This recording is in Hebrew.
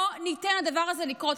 לא ניתן לדבר הזה לקרות.